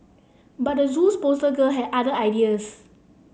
but the Zoo's poster girl had other ideas